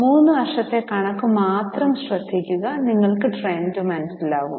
മൂന്ന് വർഷത്തെ കണക്കു മാത്രം ശ്രധികുക നിങ്ങൾക് ട്രെൻഡ് മനസിലാവും